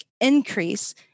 increase